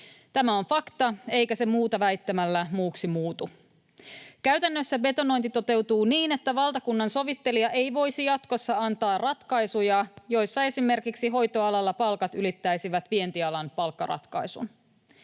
Tämä on fakta, eikä se muuta väittämällä muuksi muutu. Käytännössä betonointi toteutuu niin, että valtakunnansovittelija ei voisi jatkossa antaa ratkaisuja, joissa esimerkiksi hoitoalalla palkat ylittäisivät vientialan palkkaratkaisun.